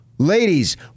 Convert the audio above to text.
Ladies